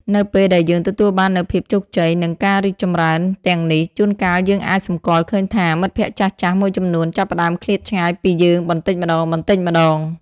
នៅពេលដែលយើងទទួលបាននូវភាពជោគជ័យ និងការរីកចម្រើនទាំងនេះ ជួនកាលយើងអាចសម្គាល់ឃើញថា មិត្តភក្តិចាស់ៗមួយចំនួនចាប់ផ្តើមឃ្លាតឆ្ងាយពីយើងបន្តិចម្តងៗ។